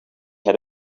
had